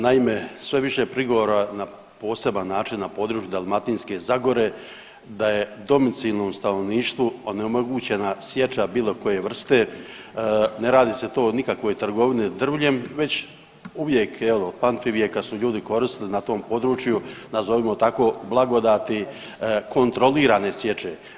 Naime, sve je više prigovora na poseban način na područje Dalmatinske zagore, da je domicilnom stanovništvu onemogućena sjeća bilo koje vrste, ne radi se to o nikakvoj trgovini drvljem već uvijek jel' od pamtivijeka su ljudi koristili na tom području nazovimo tako blagodati kontrolirane sječe.